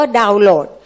download